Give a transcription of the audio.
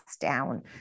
down